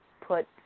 put